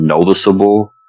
noticeable